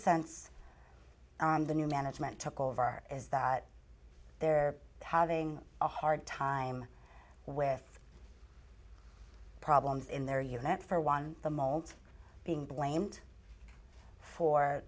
sense on the new management took all of our is that they're having a hard time with problems in their unit for one the moment being blamed for